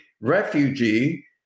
refugee